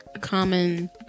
common